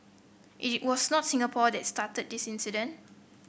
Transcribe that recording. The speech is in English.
it was not Singapore that started this incident